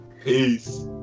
peace